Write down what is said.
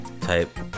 type